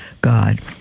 God